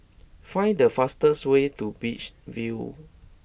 find the fastest way to beach view